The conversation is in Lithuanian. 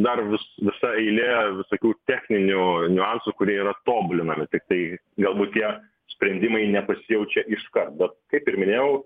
dar vis visa eilė visokių techninių niuansų kurie yra tobulinami tiktai galbūt tie sprendimai nepasijaučia iškart bet kaip ir minėjau